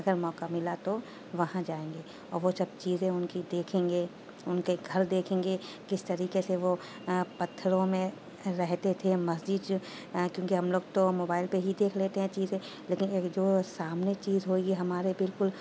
اگر موقعہ ملا تو وہاں جائیں گے اور وہ جب چیزیں ان کی دیکھیں گے ان کے گھر دیکھیں گے کس طریقے سے وہ پتھروں میں رہتے تھے مسجد کیوں کہ ہم لوگ تو موبائل پہ ہی دیکھ لیتے ہیں چیزیں لیکن یہ جو سامنے چیز ہوئے گی ہمارے بالکل